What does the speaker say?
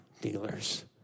dealers